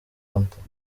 arthur